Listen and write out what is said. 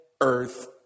earth